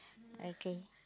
okay